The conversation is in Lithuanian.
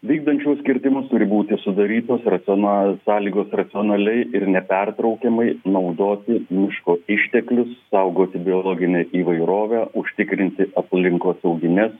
vykdant šiuos kirtimus turi būti sudarytos racionalios sąlygos racionaliai ir nepertraukiamai naudoti miško išteklius saugoti biologinę įvairovę užtikrinti aplinkosaugines